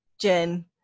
Jen